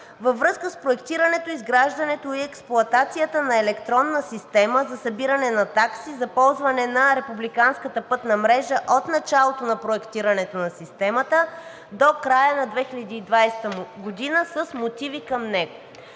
във връзка с проектирането, изграждането и експлоатацията на електронна система за събиране на такси за ползване на републиканската пътна мрежа от началото на проектирането на системата до края на 2020 г. с мотиви към него.